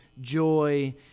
joy